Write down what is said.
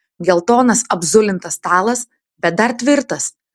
geltonas apzulintas stalas bet dar tvirtas